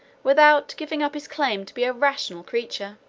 without giving up his claim to be a rational creature.